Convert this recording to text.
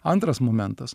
antras momentas